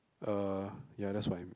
uh ya that's what I'm